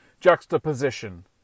juxtaposition